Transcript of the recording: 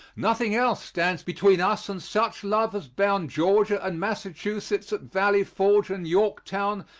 nothing else stands between us and such love as bound georgia and massachusetts at valley forge and yorktown,